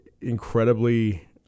incredibly